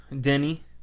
Denny